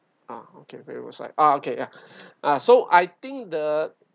ah okay where was I ah okay ya ya so I think the